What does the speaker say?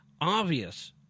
obvious